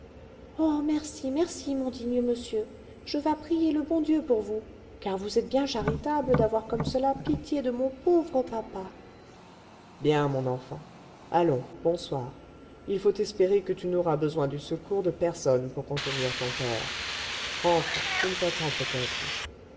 oh merci merci mon digne monsieur je vas prier le bon dieu pour vous car vous êtes bien charitable d'avoir comme cela pitié de mon pauvre papa bien mon enfant allons bonsoir il faut espérer que tu n'auras besoin du secours de personne pour contenir ton père rentre il t'attend peut-être